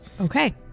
Okay